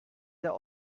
der